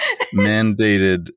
mandated